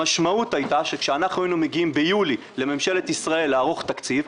המשמעות הייתה כשאנחנו היינו מגיעים ביולי לממשלת ישראל לערוך תקציב,